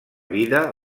vida